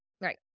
Right